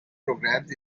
programmes